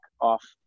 off